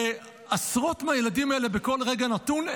ועשרות מהילדים האלה בכל רגע נתון,